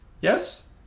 Yes